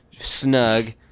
snug